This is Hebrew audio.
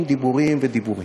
דיבורים, דיבורים ודיבורים.